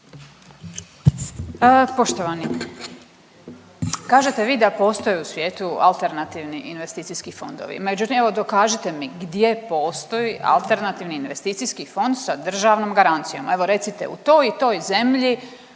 Poštovani. Kažete vi da postoje u svijetu alternativni investicijski fondovi, međutim dokažite mi gdje postoji alternativni investicijski fond sa državnom garancijom, evo recite u toj i toj zemlji